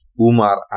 Umar